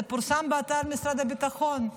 זה פורסם באתר משרד הביטחון,